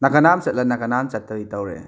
ꯅꯥꯀꯟ ꯅꯥꯝ ꯆꯠꯂ ꯅꯥꯀꯟ ꯅꯝ ꯆꯠꯇꯕꯤ ꯇꯧꯔꯛꯑꯦ